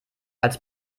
als